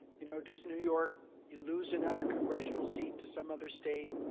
you know does new york lose another congressional seat to some other state,